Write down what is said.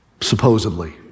supposedly